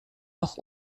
noch